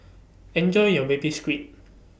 Enjoy your Baby Squid